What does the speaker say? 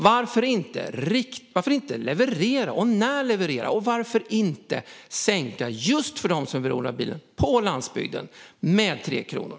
Varför inte leverera? Och när levererar ni? Varför inte sänka just för dem som är beroende av bilen, de på landsbygden, med 3 kronor?